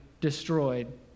destroyed